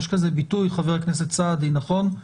יש איזה ביטוי, חבר הכנסת סעדי, נכון?